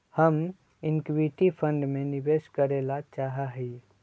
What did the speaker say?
हम equity fund में निवेश करे ला चाहा हीयी